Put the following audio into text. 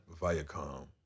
Viacom